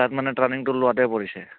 তাত মানে টাৰ্নিংটো লোৱাতে পৰিছে